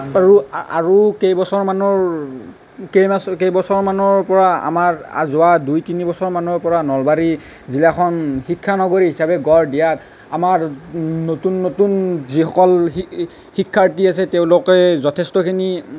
আৰু আৰু কেইবছৰ মানৰ কেইবছৰ কেইবছৰ মানৰ পৰা আমাৰ যোৱা দুই তিনি বছৰ মানৰ পৰা নলবাৰী জিলাখন শিক্ষা নগৰী হিচাপে গঢ় দিয়াত আমাৰ নতুন নতুন যিসকল শিক্ষাৰ্থী আছে তেওঁলোকে যথেষ্টখিনি